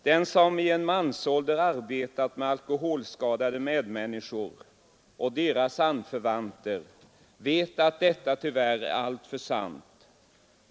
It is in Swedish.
Den som i en mansålder arbetat med alkoholskadade medmänniskor och deras anförvanter vet att detta tyvärr är alltför sant.